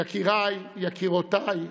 יקיריי, יקירותיי,